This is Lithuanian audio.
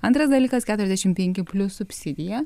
antras dalykas keturiasdešim penki plius subsidija